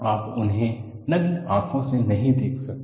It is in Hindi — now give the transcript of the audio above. आप उन्हें नग्न आंखों में नहीं देख सकते